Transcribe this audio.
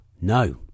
No